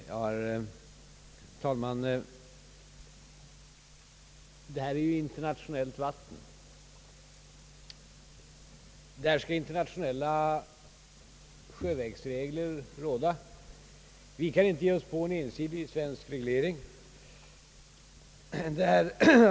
Herr talman! Detta är ju internationellt vatten, där skall internationella sjövägsregler råda. Vi kan alltså inte ge oss på en ensidig svensk reglering.